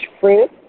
fruit